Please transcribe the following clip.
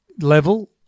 level